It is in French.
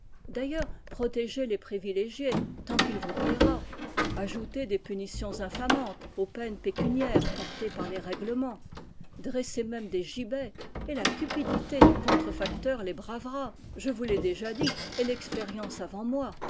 d'ailleurs protégez les privilégiés tant qu'il vous plaira ajoutez des punitions infamantes aux peines pécuniaires portées par les règlements dressez même des gibets et la cupidité du contrefacteur les bravera je vous l'ai déjà dit et l'expérience avant moi